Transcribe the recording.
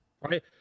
Right